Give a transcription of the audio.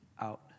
out